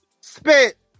Spit